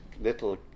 little